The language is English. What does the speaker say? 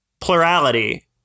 plurality